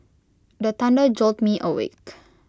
the thunder jolt me awake